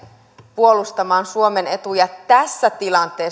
puolustamaan suomen etuja tässä tilanteessa